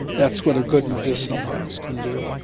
that's what a good medicinal chemist can do.